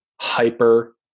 hyper